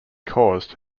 caused